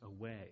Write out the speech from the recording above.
away